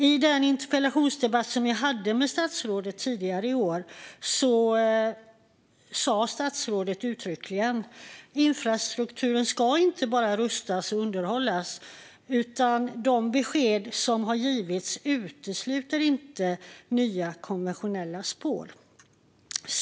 I den interpellationsdebatt som jag hade med statsrådet tidigare i år sa statsrådet uttryckligen att infrastrukturen inte bara ska rustas och underhållas, utan att de besked som har givits inte utesluter nya konventionella spår.